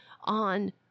on